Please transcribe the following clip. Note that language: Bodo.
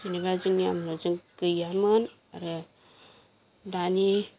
जेनेबा जोंनि आमोलाव गैयामोन आरो दानि